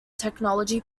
technology